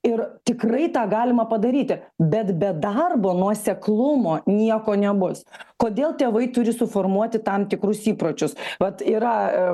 ir tikrai tą galima padaryti bet be darbo nuoseklumo nieko nebus kodėl tėvai turi suformuoti tam tikrus įpročius vat yra